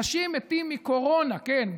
אנשים מתים מקורונה, כן.